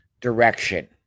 direction